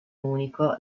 unico